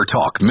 Talk